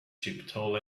chipotle